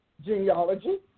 Genealogy